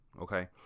Okay